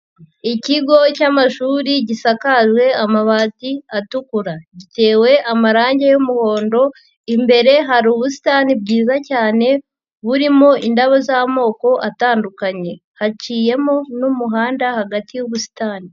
Ikigo cy'amashuri gisakajwe amabati atukura, gitewe amarangi y'umuhondo, imbere hari ubusitani bwiza cyane, burimo indabo z'amoko atandukanye, haciyemo n'umuhanda hagati y'ubusitani.